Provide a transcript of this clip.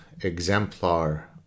exemplar